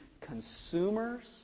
consumers